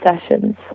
sessions